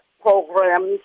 programs